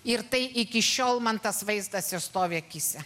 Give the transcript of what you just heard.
ir tai iki šiol man tas vaizdas ir stovi akyse